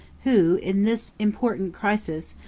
who, in this important crisis,